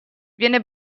viene